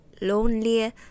lonely